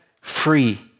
free